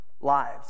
lives